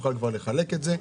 שיוכלו כבר לחלק את זה.